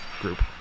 group